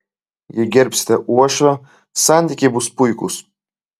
jei gerbsite uošvę santykiai bus puikūs